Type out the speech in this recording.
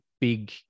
big